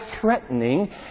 threatening